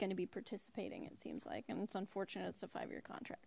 gonna be participating it seems like and it's unfortunate it's a five year contract